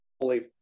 fully